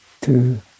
two